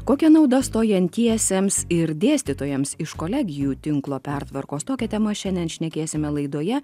kokia nauda stojantiesiems ir dėstytojams iš kolegijų tinklo pertvarkos tokia tema šiandien šnekėsime laidoje